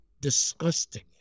disgusting